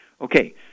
Okay